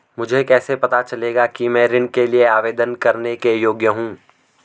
मुझे कैसे पता चलेगा कि मैं ऋण के लिए आवेदन करने के योग्य हूँ?